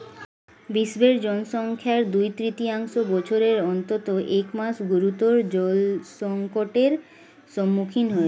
বিশ্বের জনসংখ্যার দুই তৃতীয়াংশ বছরের অন্তত এক মাস গুরুতর জলসংকটের সম্মুখীন হয়